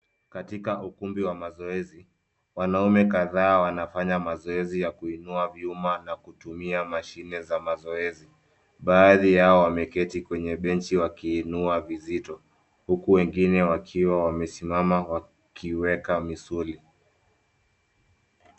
Katika ukumbi wa mazoezi, wanaume kadhaa wanafanya mazoezi ya kuinua vyuma na kutumia mashine za mazoezi. Baadhi yao wameketi kwenye benchi wakiinua vizito, huku wengine wakiwa wamesimama wakiweka misuli.